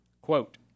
Quote